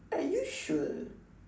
are you sure